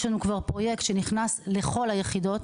יש לנו כבר פרויקט שנכנס לכל היחידות